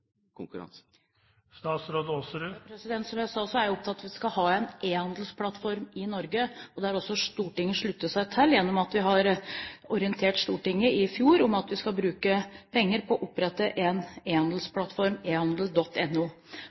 Som jeg sa, er jeg opptatt av at vi skal ha en e-handelsplattform i Norge. Det har også Stortinget sluttet seg til. Vi orienterte Stortinget i fjor om at vi skal bruke penger på å opprette en